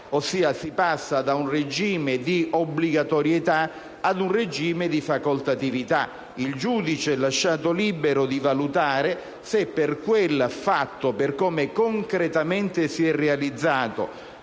disposta. Si passa da un regime di obbligatorietà ad un regime di facoltatività. Il giudice è lasciato libero di valutare se per quel fatto, per come si è realizzato